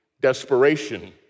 desperation